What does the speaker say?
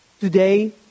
today